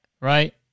Right